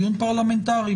דיון פרלמנטארי